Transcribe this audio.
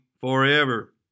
forever